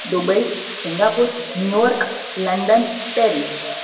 Dubai Singapore New York London Paris